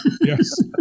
Yes